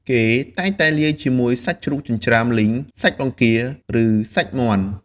គេតែងតែលាយជាមួយសាច់ជ្រូកចិញ្ច្រាំលីង សាច់បង្គា ឬសាច់មាន់។